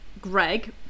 Greg